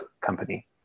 company